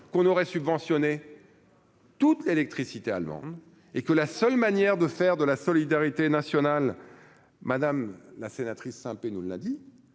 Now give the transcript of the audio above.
qu'on aurait subventionné toute électricité allemande et que la seule manière de faire de la solidarité nationale, madame la sénatrice hein nous l'a dit,